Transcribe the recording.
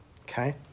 Okay